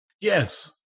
Yes